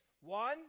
One